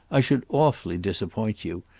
i should awfully disappoint you.